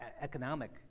economic